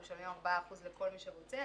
אנחנו משלמים 4% לכל מי שרוצה,